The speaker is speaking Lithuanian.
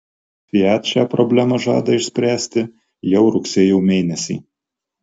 fiat šią problemą žada išspręsti jau rugsėjo mėnesį